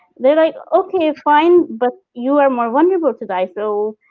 they're like okay, fine, but you are more vulnerable to die so,